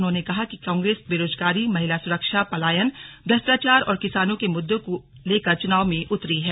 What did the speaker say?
उन्होंने कहा कि कांग्रेस बेरोजगारी महिला सुरक्षा पलायन भ्रष्टाचार और किसानों को मुद्दों को लेकर चुनाव में उतरी है